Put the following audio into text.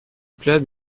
club